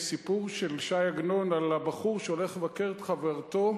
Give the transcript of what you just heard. יש סיפור של ש"י עגנון על הבחור שהולך לבקר את חברתו,